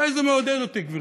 אולי זה מעודד אותי, גברתי,